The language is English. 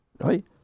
right